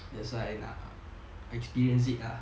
that's why nak experience it lah